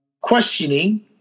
questioning